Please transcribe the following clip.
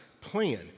plan